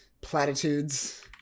platitudes